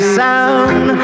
sound